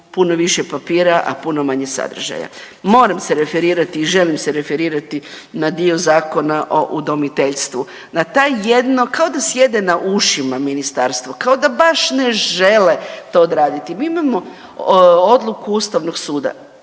puno više papira, a puno manje sadržaja. Moram se referirati i želim se referirati na dio Zakona o udomiteljstvu. Na taj jedno, kao da sjede na ušima ministarstvo, kao da baš ne žele to odraditi. Mi imamo odluku Ustavnog suda.